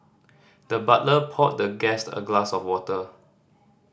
the butler poured the guest a glass of water